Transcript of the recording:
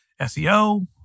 SEO